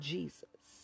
Jesus